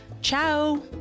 Ciao